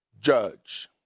judge